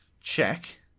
check